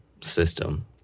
system